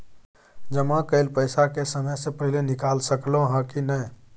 जमा कैल पैसा के समय से पहिले निकाल सकलौं ह की नय?